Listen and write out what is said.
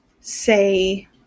say